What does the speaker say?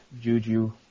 Juju